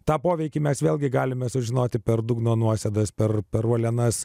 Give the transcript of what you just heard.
tą poveikį mes vėlgi galime sužinoti per dugno nuosėdas per per uolienas